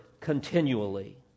continually